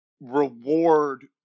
reward